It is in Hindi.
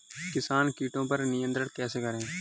किसान कीटो पर नियंत्रण कैसे करें?